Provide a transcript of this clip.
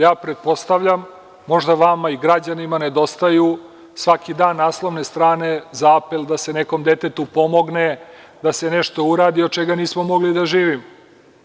Ja pretpostavljam, moždavama i građanima nedostaju svaki dan naslovne strane za apel da se nekom detetu pomogne, da se nešto uradi, od čega nismo mogli da živimo.